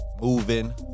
moving